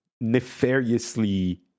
nefariously